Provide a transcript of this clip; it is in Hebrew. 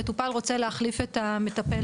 המטופל רוצה להחליף את המטפל